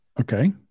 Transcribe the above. okay